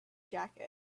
jacket